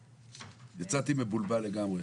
יצאתי מבולבל לגמרי.